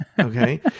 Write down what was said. Okay